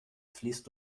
fließt